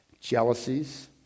jealousies